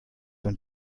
wenn